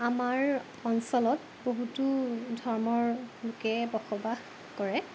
আমাৰ অঞ্চলত বহুতো ধৰ্মৰ লোকে বসবাস কৰে